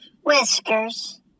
Whiskers